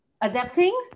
adapting